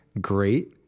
great